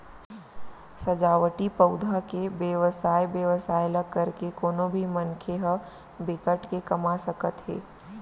सजावटी पउधा के बेवसाय बेवसाय ल करके कोनो भी मनखे ह बिकट के कमा सकत हे